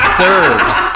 serves